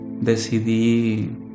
decidí